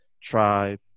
tribe